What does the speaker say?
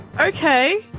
Okay